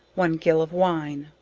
one gill of wine.